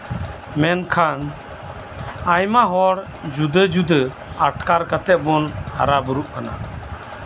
ᱢᱮᱱᱠᱷᱟᱱ ᱟᱭᱢᱟ ᱦᱚᱲ ᱡᱩᱫᱟᱹᱼᱡᱩᱫᱟᱹ ᱟᱴᱠᱟᱨ ᱠᱟᱛᱮᱫ ᱵᱚᱱ ᱦᱟᱨᱟ ᱵᱩᱨᱩᱜ ᱠᱟᱱᱟ